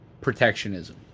protectionism